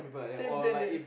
same same same